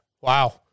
Wow